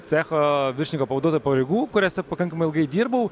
cecho viršininko pavaduotojo pareigų kuriose pakankamai ilgai dirbau